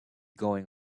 going